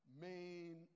main